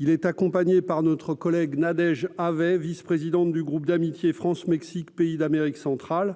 il est accompagné par notre collègue Nadège avait vice-présidente du groupe d'amitié France-Mexique, pays d'Amérique centrale,